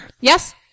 Yes